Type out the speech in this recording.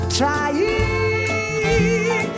trying